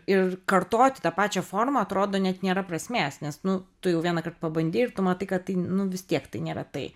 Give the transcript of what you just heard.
ir kartoti tą pačią formą atrodo net nėra prasmės nes nu tu jau vienąkart pabandei ir tu matai kad tai nu vis tiek tai nėra tai